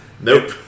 Nope